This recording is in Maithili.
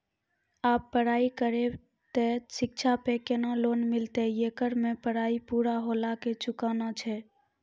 आप पराई करेव ते शिक्षा पे केना लोन मिलते येकर मे पराई पुरा होला के चुकाना छै?